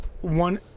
one